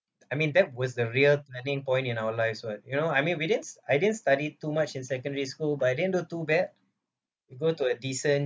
I mean that was the real turning point in our lives what you know I mean we didn't I didn't study too much in secondary school but I didn't do too bad you go to a decent